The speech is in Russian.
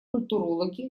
культурологи